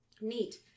Neat